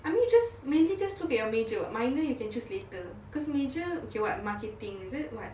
I mean you just mainly just look at your major [what] minor you can choose later cause major okay what marketing is it what